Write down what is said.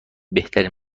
بهترین